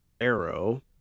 Arrow